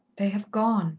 they have gone,